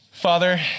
Father